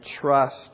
trust